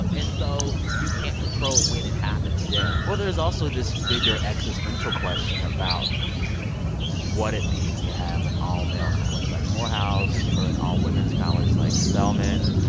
and so you can't control when it happens yeah. well, there's also this bigger existential question about what it means to have an all-male college like morehouse or an all-women's college like spelman.